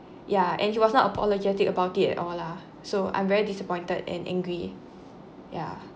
ya and he was not apologetic about it at all lah so I'm very disappointed and angry ya